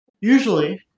usually